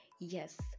Yes